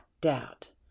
doubt